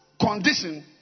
condition